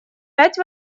пять